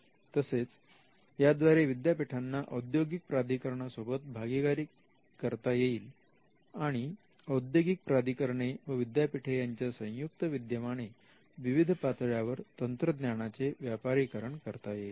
तसेच याद्वारे विद्यापीठांना औद्योगिक प्राधिकरणासोबत भागीदारी करता येईल आणि औद्योगिक प्राधिकरणे व विद्यापीठे यांच्या संयुक्त विद्यमाने विविध पातळ्यांवर तंत्रज्ञानाचे व्यापारीकरण करता येईल